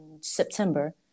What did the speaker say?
September